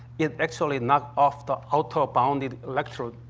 it actually knock off the outer-bounded electron,